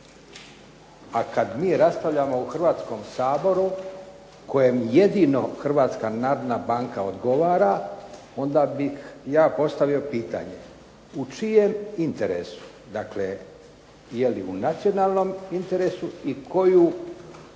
A kada mi raspravljamo u Hrvatskom saboru kojem jedino Hrvatska narodna banka odgovara onda bih ja postavio pitanje. U čijem interesu, dakle, je li u nacionalom interesu i koju